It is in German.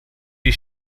die